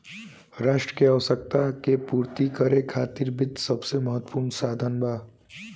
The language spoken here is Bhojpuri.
राष्ट्र के आवश्यकता के पूर्ति करे खातिर वित्त सबसे महत्वपूर्ण साधन बा